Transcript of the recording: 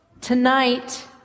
Tonight